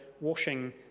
washing